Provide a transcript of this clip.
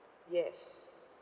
yes